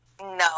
No